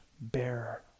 bearer